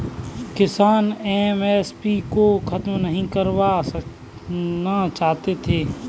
किसान एम.एस.पी को खत्म नहीं करवाना चाहते थे